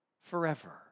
forever